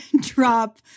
drop